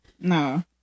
No